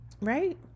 right